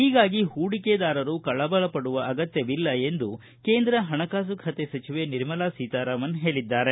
ಹೀಗಾಗಿ ಹೂಡಿಕೆದಾರರು ಕಳವಳ ಪಡುವ ಅಗತ್ತವಿಲ್ಲ ಎಂದು ಕೇಂದ್ರ ಹಣಕಾಸು ಖಾತೆ ಸಚಿವೆ ನಿರ್ಮಲಾ ಸೀತಾರಾಮನ್ ಹೇಳಿದ್ದಾರೆ